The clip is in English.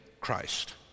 Christ